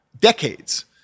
decades